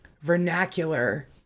vernacular